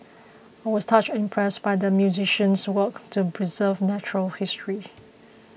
I was touched and impressed by the museum's work to preserve natural history